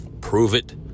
prove-it